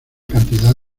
cantidad